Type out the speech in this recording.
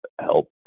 help